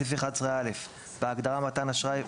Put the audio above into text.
בסעיף 11א - בהגדרה "מתן אשראי",